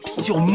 sur